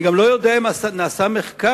אני גם לא יודע אם נעשה מחקר,